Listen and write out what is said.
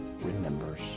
remembers